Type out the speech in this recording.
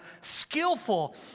skillful